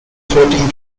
thirteen